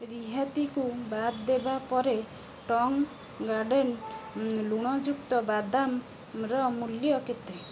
ରିହାତି କୁ ବାଦ୍ ଦେବା ପରେ ଟଙ୍ଗ ଗାର୍ଡେନ ଲୁଣଯୁକ୍ତ ବାଦାମ ର ମୂଲ୍ୟ କେତେ